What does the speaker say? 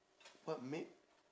what make